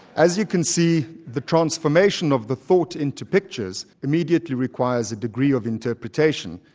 as you can see, the transformation of the thought into pictures immediately requires a degree of interpretation,